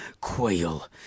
quail